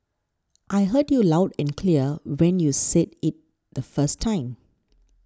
I heard you loud and clear when you said it the first time